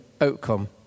outcome